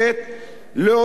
להוציא אותו.